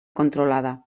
controlada